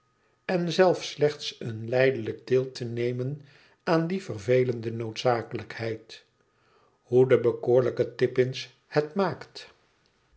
en zelf slechts een hjdelijk deel te nemen aan die vervelende noodzakelijkheid hoe de bekoorlijke tippins het maakt